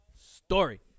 story